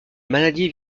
maladie